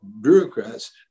bureaucrats